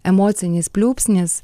emocinis pliūpsnis